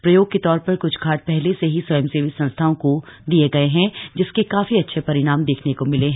प्रयोग के तौर प्र कुछ घाट प्रहले से ही स्वयंसेवी संस्थाओं को दिए गए हैं जिसके काफी अच्छे शरिणाम देखने को मिले हैं